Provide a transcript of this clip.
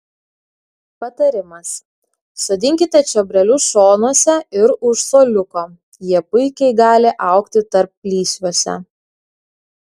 patarimas sodinkite čiobrelius šonuose ir už suoliuko jie puikiai gali augti tarplysviuose